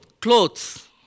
Clothes